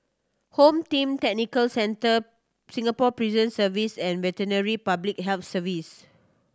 Home Team Center Singapore Prison Service and Veterinary Public Health Service